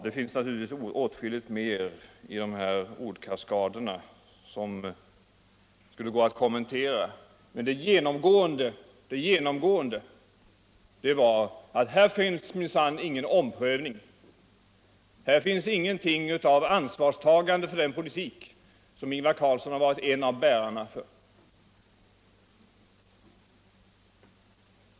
Det skulle vara åtskilligt mer att kommentera i dessa ordkaskader, men det genomgående är att här finns minsann ingen omprövning. ingenmuing av ansvarstagande för den politik som Ingvar Carlsson har varit en av bärarna av.